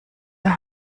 der